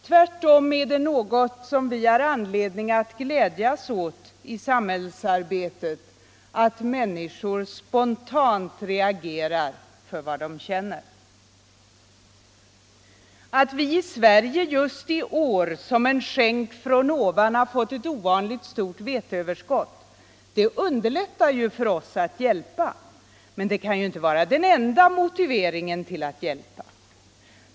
Tvärtom är det något vi har anledning att glädjas åt i samhällsarbetet att människor spontant reagerar för vad de känner. Att vi i Sverige just i år som en skänk från ovan fått ett ovanligt stort veteöverskott underlättar ju för oss att hjälpa, men det kan inte vara den enda motiveringen till att hjälpa.